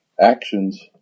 actions